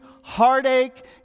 heartache